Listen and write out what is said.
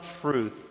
truth